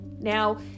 Now